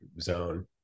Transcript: zone